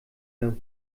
der